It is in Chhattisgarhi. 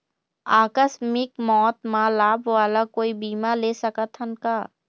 आकस मिक मौत म लाभ वाला कोई बीमा ले सकथन का?